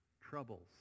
troubles